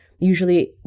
usually